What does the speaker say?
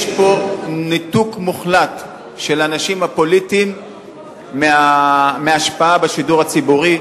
יש פה ניתוק מוחלט של האנשים הפוליטיים מההשפעה בשידור הציבורי,